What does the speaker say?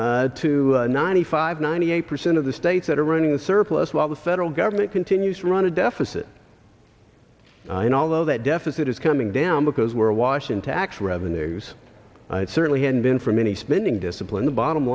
to ninety five ninety eight percent of the states that are running a surplus while the federal government continues to run a deficit and although that deficit is coming down because we're awash in tax revenues it certainly hadn't been for many spending discipline the bottom